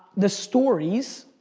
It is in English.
the stories,